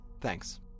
Thanks